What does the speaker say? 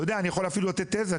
אני יכול לתת תזה,